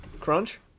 Crunch